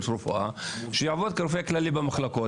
של רפואה שיעבוד כרופא כללי במחלקות.